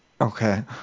Okay